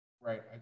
Right